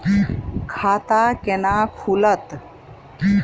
खाता केना खुलत?